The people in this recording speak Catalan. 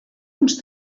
uns